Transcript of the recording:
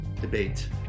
debate